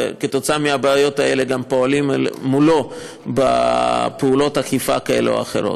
ועקב הבעיות האלה גם פועלים מולו בפעולות אכיפה כאלה או אחרות.